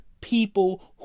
people